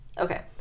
Okay